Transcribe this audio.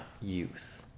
Use